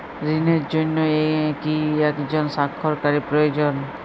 ঋণের জন্য কি একজন স্বাক্ষরকারী প্রয়োজন?